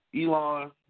Elon